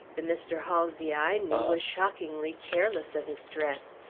the mr. halsey i knew was shockingly careless of his dress,